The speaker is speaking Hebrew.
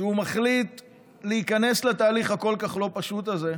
כשהוא מחליט להיכנס לתהליך הכל-כך לא פשוט הזה,